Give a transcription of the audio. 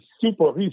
super